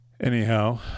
Anyhow